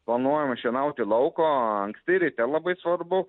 planuojamo šienauti lauko anksti ryte labai svarbu